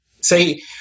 say